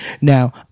now